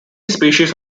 species